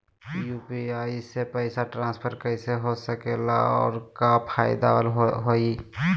UPI से पैसा transfer कैसे हो सके ला और का फायदा होएत?